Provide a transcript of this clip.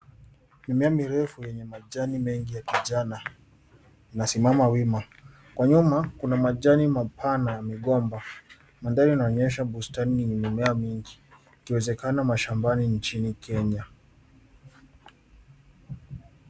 Mimea mirefu yenye majani mengi ya kijani, inasimama wima. Kwa nyuma, kuna majani mapana ya migomba. Mandhari yanaonyesha bustani lenye mimea mingi, ikiwezekana mashambani nchini Kenya.